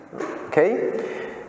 Okay